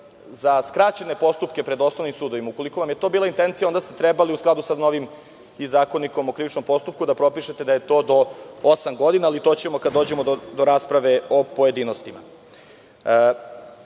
za skraćene postupke pred osnovnim sudovima. Ukoliko vam je to bila intencija, onda ste trebali u skladu sa Zakonikom o krivičnom postupku da propišete da je to do osam godina, ali to ćemo kada dođemo do rasprave u pojedinostima. Ono